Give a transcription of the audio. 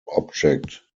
object